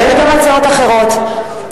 יש גם הצעות אחרות.